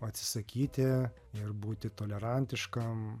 atsisakyti ir būti tolerantiškam